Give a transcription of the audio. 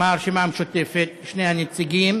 שני הנציגים